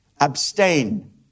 Abstain